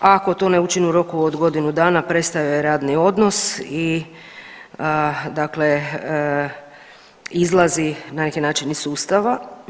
A ako to ne učini u roku od godinu dana prestaje joj radni odnos i dakle izlazi na neki način iz sustava.